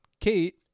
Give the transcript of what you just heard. Kate